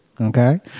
Okay